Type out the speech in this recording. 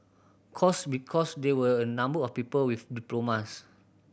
course because there were a number of people with diplomas